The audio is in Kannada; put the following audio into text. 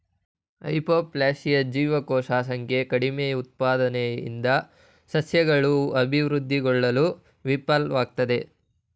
ಹೈಪೋಪ್ಲಾಸಿಯಾ ಜೀವಕೋಶ ಸಂಖ್ಯೆ ಕಡಿಮೆಉತ್ಪಾದನೆಯಿಂದ ಸಸ್ಯಗಳು ಅಭಿವೃದ್ಧಿಗೊಳ್ಳಲು ವಿಫಲ್ವಾಗ್ತದೆ